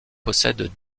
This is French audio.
possède